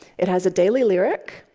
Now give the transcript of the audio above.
it has a daily lyric.